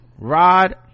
rod